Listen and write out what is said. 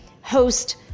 host